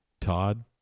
Todd